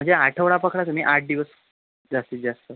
म्हणजे आठवडा पकडा तुम्ही आठ दिवस जास्तीत जास्त